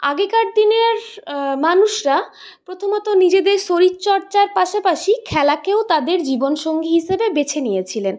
আগেকার দিনের মানুষরা প্রথমত নিজেদের শরীরচর্চার পাশাপাশি খেলাকেও তাদের জীবনসঙ্গী হিসেবে বেছে নিয়েছিলেন